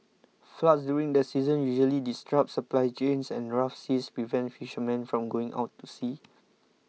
floods during this season usually disrupt supply chains and rough seas prevent fishermen from going out to sea